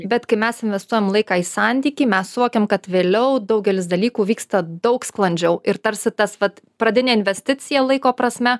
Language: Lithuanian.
bet kai mes investuojam laiką į santykį mes suvokiam kad vėliau daugelis dalykų vyksta daug sklandžiau ir tarsi tas vat pradinė investicija laiko prasme